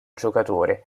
giocatore